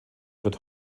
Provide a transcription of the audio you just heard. wird